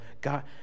God